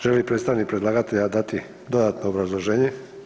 Želi li predstavnik predlagatelja dati dodatno obrazloženje?